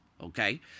Okay